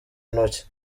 ntoki